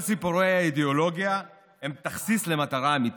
כל סיפורי האידיאולוגיה הם תכסיס למטרה האמיתית: